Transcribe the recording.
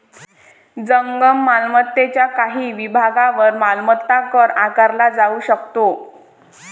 जंगम मालमत्तेच्या काही विभागांवर मालमत्ता कर आकारला जाऊ शकतो